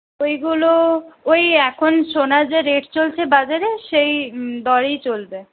ওইগুলো ওই এখন সোনার যা রেট চলছে বাজারে সেই দরেই চলবে